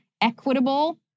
equitable